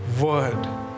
word